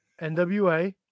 NWA